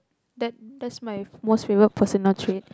that that's my most favorite personal trait